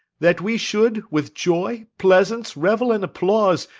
that we should, with joy, pleasance, revel, and applause,